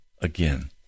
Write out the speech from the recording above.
again